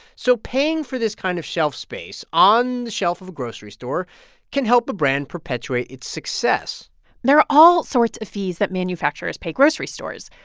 so paying for this kind of shelf space on the shelf of a grocery store can help a brand perpetuate its success there are all sorts of fees that manufacturers pay grocery stores.